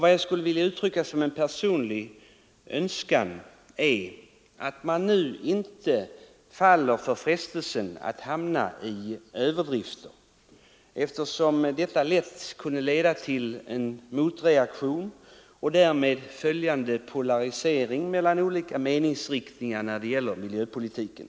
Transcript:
Min personliga önskan i det sammanhanget är att man nu inte faller för frestelsen att gå till överdrifter, eftersom detta lätt leder till en motreaktion och en därav följande polarisering mellan olika meningsriktningar i miljöpolitiken.